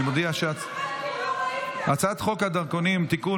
אני מודיע שהצעת חוק הדרכונים (תיקון,